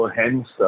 hence